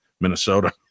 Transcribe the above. Minnesota